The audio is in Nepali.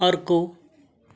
अर्को